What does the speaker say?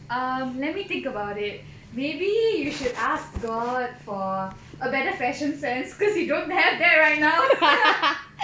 err let me think about it maybe you should ask god for a better fashion sense because you don't have that right now